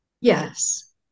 Yes